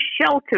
shelter